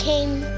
came